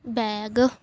beg